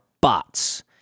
bots